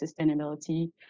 sustainability